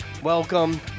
Welcome